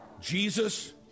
jesus